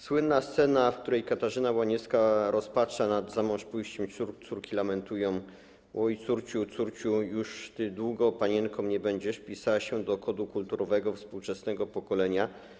Słynna scena, w której Katarzyna Łaniewska rozpacza nad zamążpójściem córki, lamentując: oj, córciu, córciu, już ty długo panienką nie będziesz, wpisała się do kodu kulturowego współczesnego pokolenia.